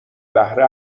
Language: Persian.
بهره